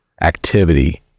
activity